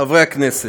חברי הכנסת,